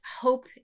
hope